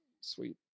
Sweet